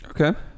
Okay